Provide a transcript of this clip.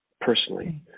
personally